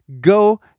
Go